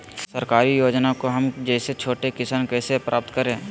सरकारी योजना को हम जैसे छोटे किसान कैसे प्राप्त करें?